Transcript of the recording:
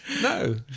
No